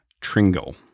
Tringle